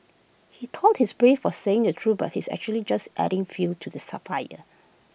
he thought he's brave for saying the truth but he's actually just adding fuel to the sir fire